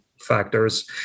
factors